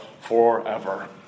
forever